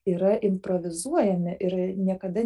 yra improvizuojami ir niekada